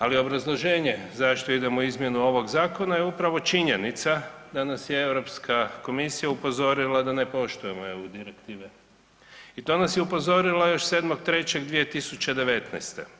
Ali obrazloženje zašto idemo u izmjenu ovog zakona je upravo činjenica da nas je Europska komisija upozorila da ne poštujemo EU direktive i to nas je upozorila još 7.3.2019.